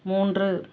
மூன்று